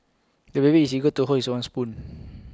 the baby is eager to hold his own spoon